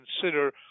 consider